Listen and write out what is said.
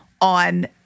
on